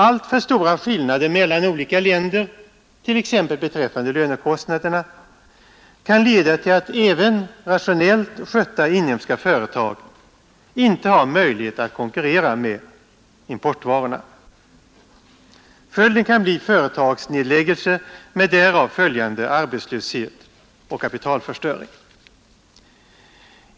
Alltför stora skillnader mellan olika länder t.ex. beträffande lönekostnaderna kan leda till att även rationellt skötta inhemska företag inte har möjlighet att konkurrera med importvarorna. Följden kan bli företagsnedläggelser med därav följande arbetslöshet och kapitalförstöring.